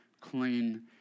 clean